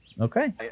Okay